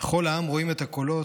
/ וכל העם ראים את הקולות.